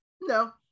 no